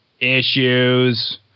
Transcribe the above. Issues